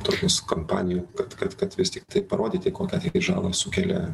tokius kompanijų kad kad kad vis tiktai parodyti kokią žalą sukelia